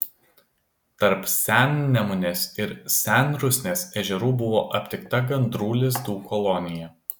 tarp sennemunės ir senrusnės ežerų buvo aptikta gandrų lizdų kolonija